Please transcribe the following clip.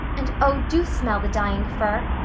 and oh, do smell the dying fir!